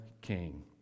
king